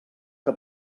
que